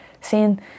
seeing